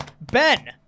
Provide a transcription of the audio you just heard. Ben